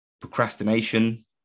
procrastination